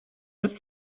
ist